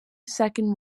second